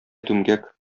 түмгәк